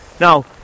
Now